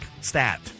stat